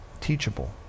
teachable